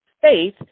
faith